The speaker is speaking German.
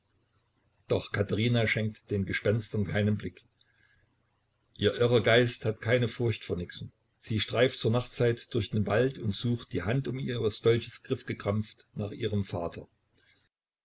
doch katherina schenkt den gespenstern keinen blick ihr irrer geist hat keine furcht vor nixen sie streift zur nachtzeit durch den wald und sucht die hand um ihres dolches griff gekrampft nach ihrem vater